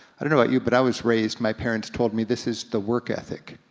i don't know about you, but i was raised, my parents told me, this is the work ethic.